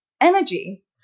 energy